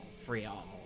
Free-all